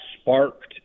sparked